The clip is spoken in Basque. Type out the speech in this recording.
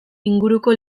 inguruko